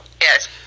Yes